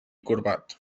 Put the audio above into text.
corbat